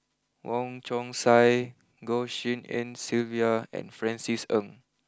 Wong Chong Sai Goh Tshin En Sylvia and Francis Ng